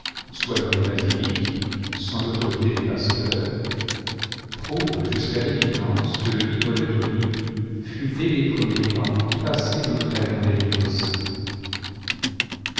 soit dans les basiliques sans l'autorité des pasteurs prouvent jusqu'à l'évidence que le livre de tobie fut dès les premiers temps placé dans le canon des livres saints